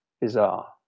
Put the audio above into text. bizarre